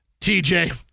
TJ